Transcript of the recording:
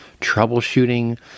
troubleshooting